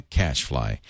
cashfly